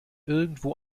irgendwo